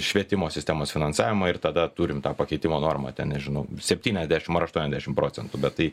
švietimo sistemos finansavimo ir tada turim tą pakeitimo normą ten nežinau septyniasdešimt ar aštuoniasdešimt procentų bet tai